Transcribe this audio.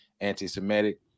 anti-Semitic